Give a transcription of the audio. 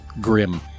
grim